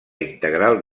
integral